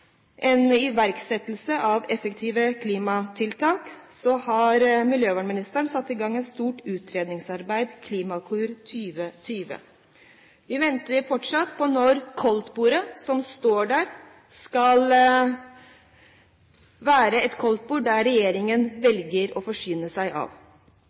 en iverksettelse av effektive klimatiltak, har miljøvernministeren satt i gang et stort utredningsarbeid, Klimakur 2020. Vi venter fortsatt på når «koldtbordet», som står der, skal være et koldtbord som regjeringen velger å forsyne seg av.